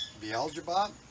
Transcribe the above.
Beelzebub